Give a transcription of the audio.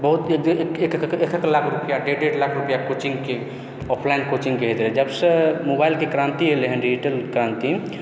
बहुत एक एक लाख रुपआ डेढ़ डेढ़ लाख रुपआ कोचिङ्गक ऑफलाइन कोचिङ्गकेँ लैत रहै जबसँ मोबाइलके क्रान्ति एलै हँ डिजिटल क्रान्ति